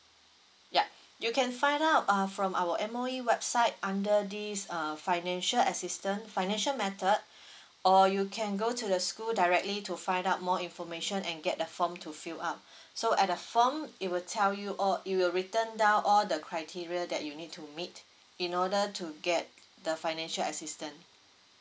yup you can find out uh from our M_O_E website under this uh financial assistance financial method or you can go to the school directly to find out more information and get the form to fill up so at the form it will tell you all it will written down all the criteria that you need to meet in order to get the financial assistance